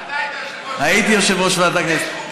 היית יושב-ראש ועדת הכנסת.